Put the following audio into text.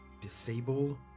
disable